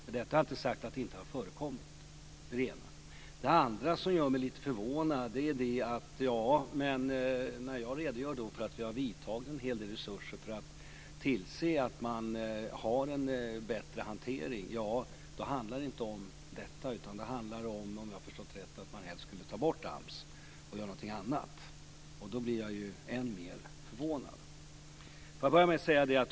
Med detta inte sagt att det inte har förekommit. För det andra, när jag redogör för att vi har tillfört en hel del resurser för att tillse att hanteringen blir bättre, så handlar det tydligen inte om detta utan om att man helst skulle ta bort AMS - om jag har förstått rätt - och i stället göra någonting annat. Då blir jag än mer förvånad.